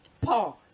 Pause